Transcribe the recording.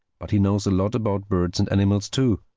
but he knows a lot about birds and animals too.